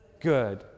good